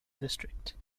district